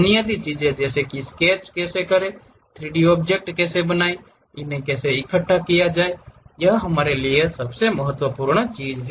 बुनियादी चीजें जैसे कि स्केच कैसे करें 3 डी ऑब्जेक्ट कैसे बनाएं उन्हें कैसे इकट्ठा किया जाए यह हमारे लिए सबसे महत्वपूर्ण चीज है